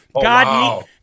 God